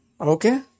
Okay